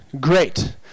great